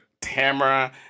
Tamara